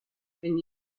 been